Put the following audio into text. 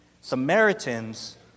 Samaritans